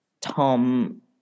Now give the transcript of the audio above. Tom